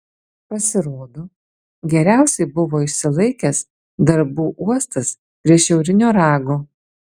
pasirodo geriausiai buvo išsilaikęs darbų uostas prie šiaurinio rago